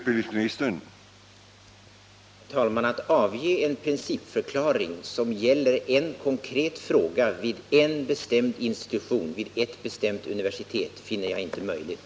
Herr talman! Att avge en principförklaring som gäller en konkret fråga, vid en bestämd institution, vid ett bestämt universitet, finner jag inte möjligt.